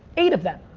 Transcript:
eight of them.